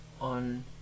on